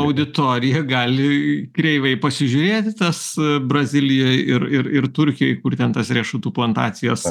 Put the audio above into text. auditoriją gali kreivai pasižiūrėti į tas brazilijoj ir ir turkijoj kur ten tas riešutų plantacijas